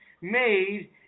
made